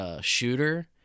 shooter